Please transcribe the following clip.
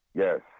yes